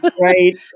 Right